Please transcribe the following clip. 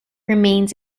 remains